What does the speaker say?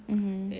mmhmm